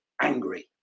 angry